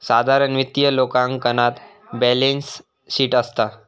साधारण वित्तीय लेखांकनात बॅलेंस शीट असता